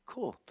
Cool